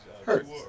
Hurts